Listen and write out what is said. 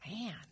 Man